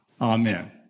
Amen